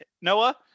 Noah